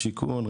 שיכון,